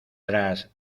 tras